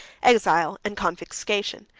exile, and confiscation.